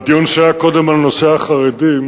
בדיון שקודם היה על נושא החרדים,